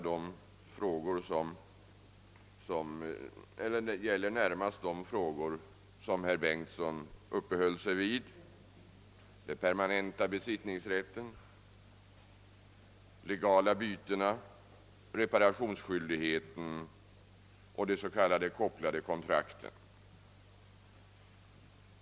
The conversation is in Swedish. Det gäller närmast de frågor som herr Bengtsson uppehöll sig vid, nämligen det permanenta besittningsskyddet, de legala bytena, reparationsskyldigheten och de s.k. kopplade kontrakten.